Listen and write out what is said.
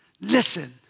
listen